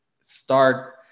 start